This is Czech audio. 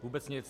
Vůbec nic.